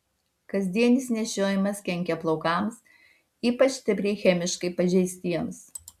kasdienis nešiojimas kenkia plaukams ypač stipriai chemiškai pažeistiems